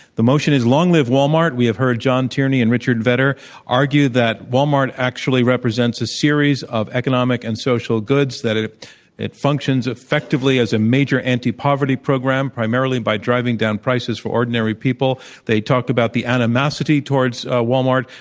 the motion is, long live walmart. we have heard john tierney and richard vedder argue that walmart actually represents a series of economic and social goods, that it ah it functions effectively as a major antipoverty program primarily by driving down prices for ordinary people they talked about the animosity towards ah walmart,